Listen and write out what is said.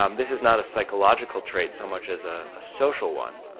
um this is not a psychological trait so much as ah a social one,